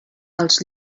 als